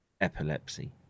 epilepsy